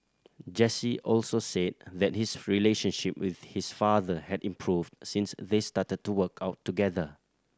Jesse also said that his relationship with his father had improved since they started to work out together